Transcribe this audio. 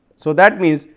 so that means,